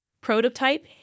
prototype